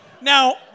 Now